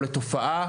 או לתופעה,